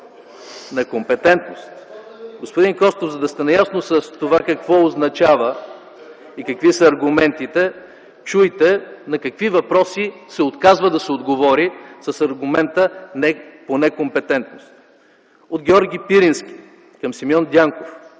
На компетентност? Господин Костов, за да сте наясно с това какво означава и какви са аргументите, чуйте на какви въпроси се отказва да се отговори с аргумента „по некомпетентност”: - от Георги Пирински към Симеон Дянков